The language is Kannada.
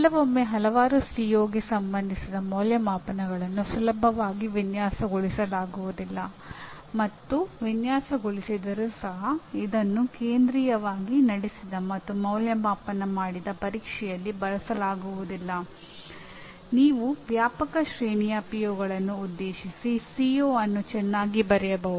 ಕೆಲವೊಮ್ಮೆ ಹಲವಾರು ಸಿಒಗೆ ಸಂಬಂಧಿಸಿದ ವಸ್ತುಗಳನ್ನು ಸೇರಿಸಲು ಬಯಸದಿರಬಹುದು